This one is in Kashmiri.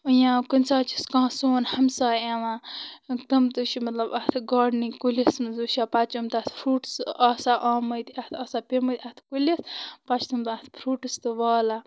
یا کُںۍ ساتہٕ چھِس کانٛہہ سون ہَمساے یِوان تٕم تہِ چھِ مطلب اَتھ گاڈنِنٛگ کُلِس منٛز وٕچھان پَتہٕ چھِ یِم تَتھ فرٛوٗٹٕس آسان آمٕتۍ اَتھ آسان پیٚمٕتۍ اَتھ کُلِس پَتہٕ چھِ تمہِ دۄہ اَتھ فرٛوٗٹٕس تہِ والان